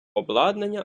обладнання